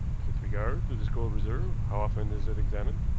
with regard to this gold reserve, how often is it examined?